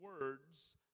words